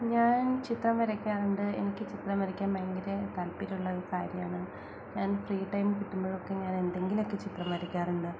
ഞാൻ ചിത്രം വരയ്ക്കാറുണ്ട് എനിക്കു ചിത്രം വരയ്ക്കാൻ ഭയങ്കര താല്പര്യമുള്ള ഒരു കാര്യമാണ് ഞാൻ ഫ്രീ ടൈം കിട്ടുമ്പോഴൊക്കെ ഞാൻ എന്തെങ്കിലുമൊക്കെ ചിത്രം വരയ്ക്കാറുണ്ട്